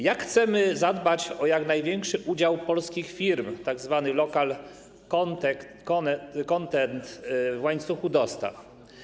Jak chcemy zadbać o jak największy udział polskich firm, tzw. local content, w łańcuchu dostaw?